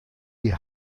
die